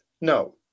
no